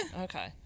Okay